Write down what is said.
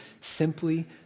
simply